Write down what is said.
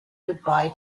goodbye